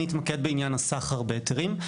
אני אתמקד בעניין הסחר בהיתרים.